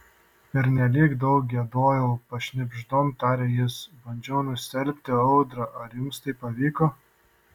pernelyg daug giedojau pašnibždom taria jis bandžiau nustelbti audrą ar jums tai pavyko